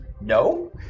No